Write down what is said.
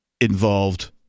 involved